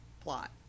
plot